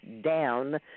down